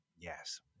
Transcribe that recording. yes